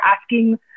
asking